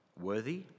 worthy